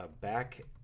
back